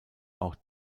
auch